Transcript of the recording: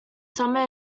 summer